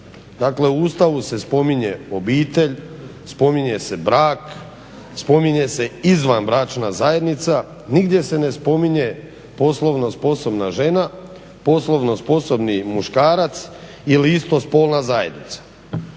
u stavu se spominje obitelj, spominje se brak, spominje se izvanbračna zajednica, nigdje se ne spominje poslovno sposobna žena, poslovno sposobni muškarac ili istospolna zajednica.